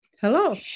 Hello